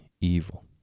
evil